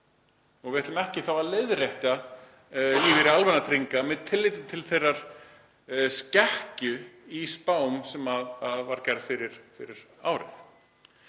og við ætlum ekki að leiðrétta lífeyri almannatrygginga með tilliti til þeirrar skekkju í spá sem var gerð fyrir árið.